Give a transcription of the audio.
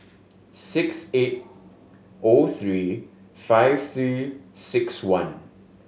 six eight O three five Three Six One